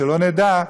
שלא נדע,